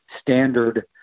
standard